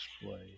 display